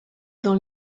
dans